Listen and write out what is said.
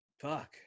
Fuck